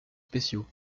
spéciaux